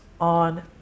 on